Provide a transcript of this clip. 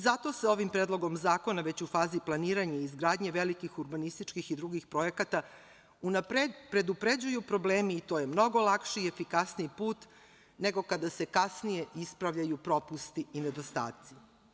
Zato se ovim predlogom zakona već u fazi planiranja i izgradnje velikih urbanističkih i drugih projekata predupređuju problemi i to je mnogo lakši i efikasniji put nego kada se kasnije ispravljaju propusti i nedostaci.